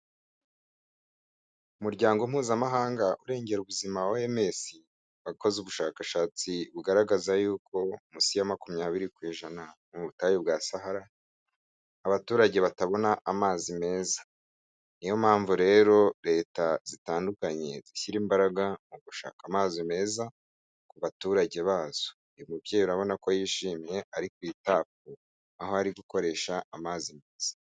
Umuryango mpuzamahanga urengera ubuzima OHMS, wakoze ubushakashatsi bugaragaza yuko munsi ya makumyabiri ku ijana munsi y'ubutayu bwa Sahara abaturage batabona amazi meza, niyo mpamvu rero leta zitandukanye zishyira imbaraga mu gushaka amazi meza ku baturage bazo, uyu mubyeyi urabona ko yishimiye ari ku itabu aho ari gukoresha amazi meza.